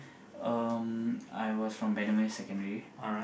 um I was from Bendemeer-Secondary